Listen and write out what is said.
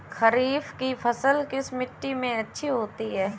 खरीफ की फसल किस मिट्टी में अच्छी होती है?